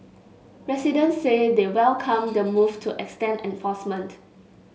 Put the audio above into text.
residents say they welcome the move to extend enforcement